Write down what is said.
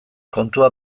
kontua